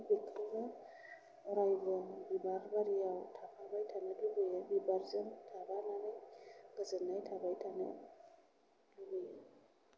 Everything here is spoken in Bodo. बिदिनो अरायबो बिबार बारियाव थाफाबाय थानो लुगैयो बिबारजों थाब्ला मानि गोजोननाय थाबाय थानो लुगैयो